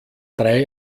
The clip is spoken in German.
drei